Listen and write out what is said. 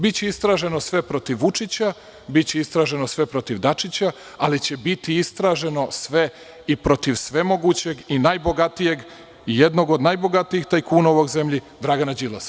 Biće istraženo sve protiv Vučića, biće istraženo sve protiv Dačića, ali će biti istraženo sv i protiv svemogućeg i najbogatijeg, jednog od najbogatijih tajkuna u ovoj zemlji, Dragana Đilasa.